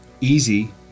easy